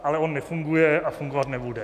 Ale on nefunguje a fungovat nebude.